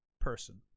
person